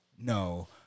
no